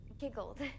giggled